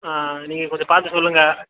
ஆ நீங்கள் கொஞ்சம் பார்த்து சொல்லுங்க